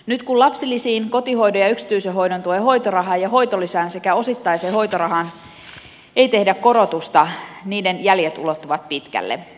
nyt kun lapsilisiin kotihoidon ja yksityisen hoidon tuen hoitorahaan ja hoitolisään sekä osittaiseen hoitorahaan ei tehdä korotusta sen jäljet ulottuvat pitkälle